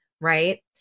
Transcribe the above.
right